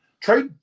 Trade